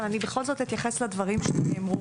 אבל אני בכל זאת אתייחס לדברים שנאמרו.